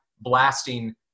blasting